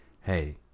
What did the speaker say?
Hey